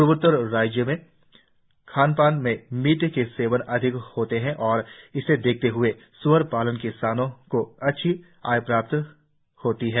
पूर्वोत्तर राज्य में खान पान में मीट का सेवन अधिक होता है और इसे देखते ह्ए सुअर पालक किसानों को अच्छी आय प्राप्त होती है